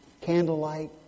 Candlelight